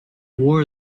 war